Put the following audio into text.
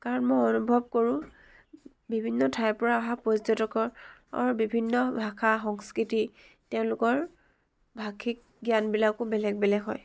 কাৰণ মই অনুভৱ কৰোঁ বিভিন্ন ঠাইৰ পৰা অহা পৰ্যটকৰ অৰ বিভিন্ন ভাষা সংস্কৃতি তেওঁলোকৰ ভাষিক জ্ঞানবিলাকো বেলেগ বেলেগ হয়